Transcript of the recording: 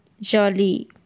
jolly